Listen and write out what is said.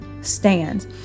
stands